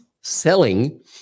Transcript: selling